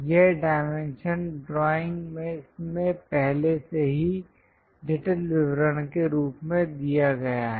यह dimension drawing में पहले से ही जटिल विवरण के रूप में दिया गया है